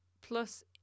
plus